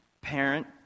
parent